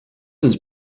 was